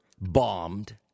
bombed